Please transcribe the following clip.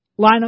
lineup